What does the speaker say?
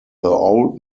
old